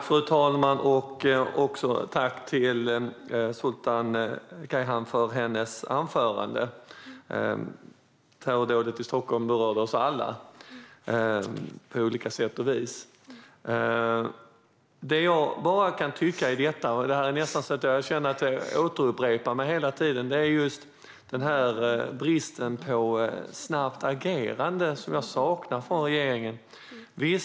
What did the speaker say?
Fru talman! Tack till Sultan Kayhan för hennes anförande! Terrordådet i Stockholm berörde oss alla på olika sätt och vis. Jag känner lite grann att jag upprepar mig, men jag tänker på bristen på snabbt agerande. Det är något jag saknar från regeringen.